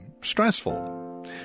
stressful